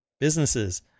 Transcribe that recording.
Businesses